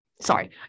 Sorry